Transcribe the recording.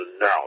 now